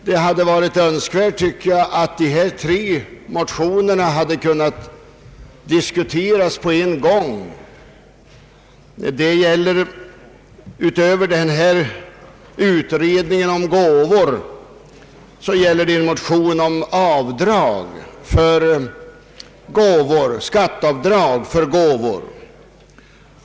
Det hade varit önskvärt att dessa tre motioner kunnat diskuteras vid samma tillfälle. Utöver motionen med yrkande om utredning av möjligheterna att stimulera människor att lämna gåvor till religiösa ändamål gäller det en motion om skatteavdrag för gåvor.